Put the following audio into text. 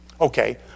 Okay